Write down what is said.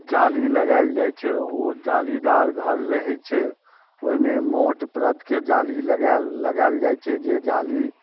जाली लगाएल जाइ छै ओ जालीदार घर रहै छै ओहिमे मोट प्रदके जाली लगाएल लगाएल जाइ छै जे जाली